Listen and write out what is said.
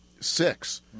six